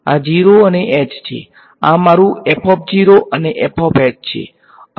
આ 0 અને h છે અને આ મારું અને છે